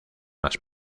las